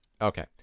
Okay